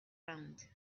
round